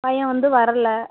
பையன் வந்து வரலை